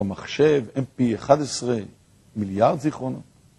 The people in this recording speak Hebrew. במחשב MP11 מיליארד זיכרונות?